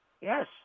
Yes